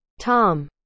Tom